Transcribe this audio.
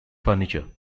furniture